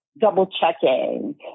double-checking